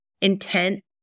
intent